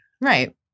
Right